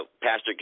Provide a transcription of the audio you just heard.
Pastor